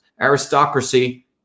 aristocracy